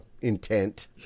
intent